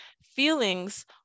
Feelings